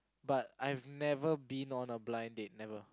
but I've never been on a blind date never